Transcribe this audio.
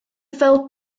fel